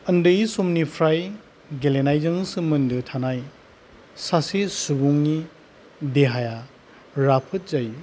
उन्दै समनिफ्राय गेलेनायजों सोमोन्दो थानाय सासे सुबुंनि देहाया राफोद जायो